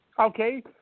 Okay